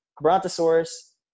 Brontosaurus